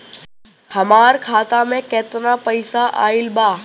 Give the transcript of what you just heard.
हमार खाता मे केतना पईसा आइल बा?